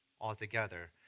altogether